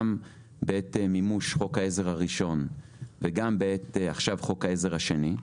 גם בעת מימוש חוק העזר הראשון וגם עכשיו בעת חוק העזר השני.